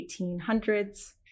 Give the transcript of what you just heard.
1800s